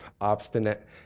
obstinate